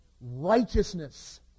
Righteousness